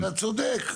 אתה צודק.